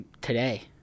Today